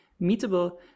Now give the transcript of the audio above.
meetable